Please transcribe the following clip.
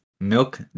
Milk